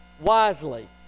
wisely